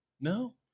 No